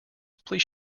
please